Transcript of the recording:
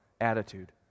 attitude